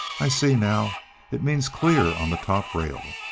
i see now it means clear on the top rail.